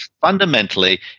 fundamentally